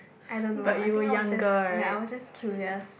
I don't know I think I was just ya I was just curious